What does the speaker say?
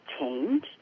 change